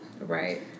right